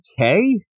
okay